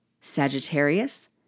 Sagittarius